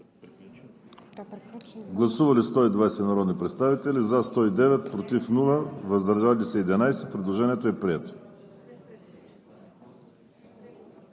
Гласували 120 народни представители: за 109, против няма, въздържали се 11. Предложението е прието.